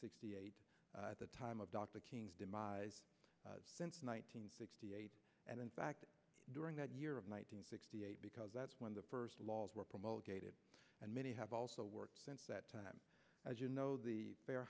sixty eight at the time of dr king's demise since one nine hundred sixty eight and in fact during that year of one nine hundred sixty eight because that's when the first laws were promoted and many have also worked since that time as you know the fair